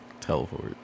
Teleport